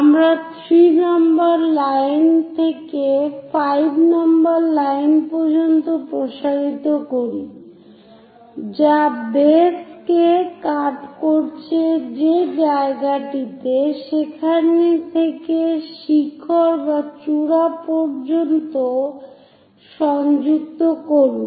আমরা 3 নম্বর লাইন থেকে 5 নম্বর লাইন পর্যন্ত প্রসারিত করি যা বেস কে কাট করছে যে জায়গাটিতে সেখান থেকে শিখর বা চূড়া পর্যন্ত সংযুক্ত করুন